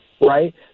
right